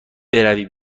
بروی